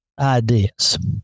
ideas